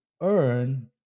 earn